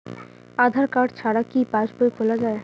আধার card ছাড়া কি পাসবই খোলা যায়?